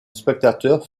spectateur